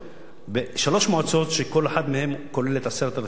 בשלוש מועצות שכל אחת מהן כוללת 10,000 תושבים.